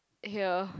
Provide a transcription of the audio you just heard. here